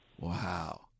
Wow